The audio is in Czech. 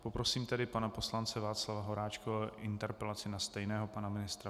Poprosím tedy pana poslance Václava Horáčka o interpelaci na stejného pana ministra.